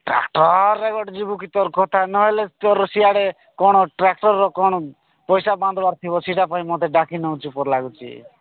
ଟ୍ରାକ୍ଟର୍ରେ ଗୋଟେ ଯିବୁକି ତୋର କଥା ନହେଲେ ତୋର ସିୟାଡ଼େ କ'ଣ ଟ୍ରାକ୍ଟର୍ର କ'ଣ ପଇସା ବାନ୍ଧିବାର ଥିବ ସେଟା ପାଇଁ ମୋତେ ଡାକି ନେଉଛୁ ପରି ଲାଗୁଛି